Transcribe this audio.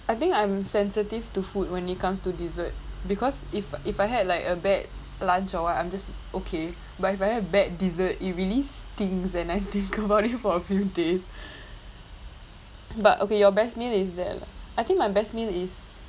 I think I'm sensitive to food when it comes to dessert because if if I had like a bad lunch or what I'm just okay but if I had a bad dessert it really stings and I think about it for a few days but okay your best meal is that lah I think my best meal is